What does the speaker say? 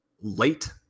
late